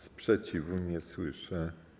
Sprzeciwu nie słyszę.